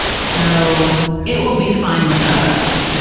so it will be fine without us.